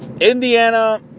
Indiana